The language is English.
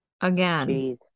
Again